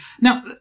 Now